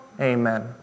Amen